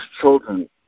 children